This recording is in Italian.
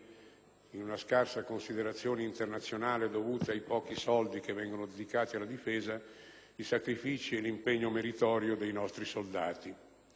con una scarsa considerazione internazionale dovuta ai pochi soldi che vengono dedicati alla difesa, i sacrifici e l'impegno meritorio dei nostri soldati.